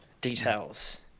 details